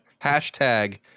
hashtag